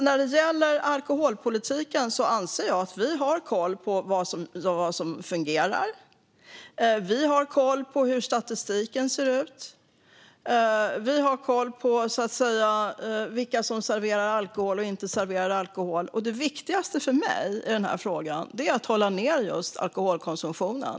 När det gäller alkoholpolitiken anser jag att vi har koll på vad som fungerar, på hur statistiken ser ut och på vilka som serverar alkohol och inte. Det viktigaste för mig i den här frågan är att hålla nere alkoholkonsumtionen.